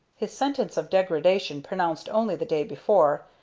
his sentence of degradation, pronounced only the day before,